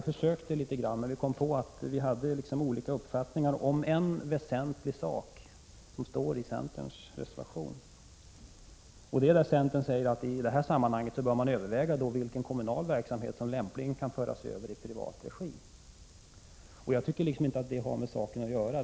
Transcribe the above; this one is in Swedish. Vi försökte, men vi kom fram till att vi hade olika uppfattningar om en väsentlig sak som står i centerns reservation. Det gäller den del av reservationen där centern säger att man i detta sammanhang bör överväga vilken kommunal verksamhet som lämpligen kan föras över i privat regi. Jag tycker inte att det har med saken att göra.